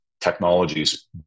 technologies